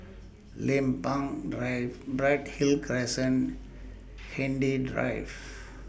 Lempeng Drive Bright Hill Crescent Hindhede Drive